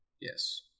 yes